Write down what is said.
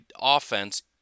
offense